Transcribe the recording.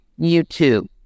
YouTube